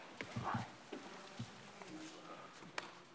אדוני השר, חבריי חברי הכנסת,